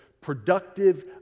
productive